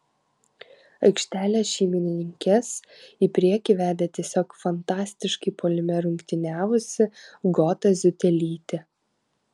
aikštelės šeimininkes į priekį vedė tiesiog fantastiškai puolime rungtyniavusi goda ziutelytė